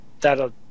that'll